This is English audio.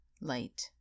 light